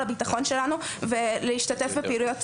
הביטחון שלנו ולהשתתף בפעילויות בסיסיות.